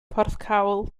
porthcawl